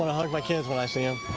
hug my kids when i see em.